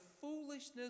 foolishness